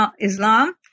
Islam